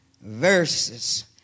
Verses